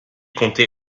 comptait